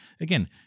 again